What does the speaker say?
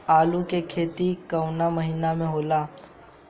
आलू के खेती कवना महीना में होला?